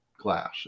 glass